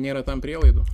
nėra tam prielaidų